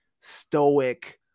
stoic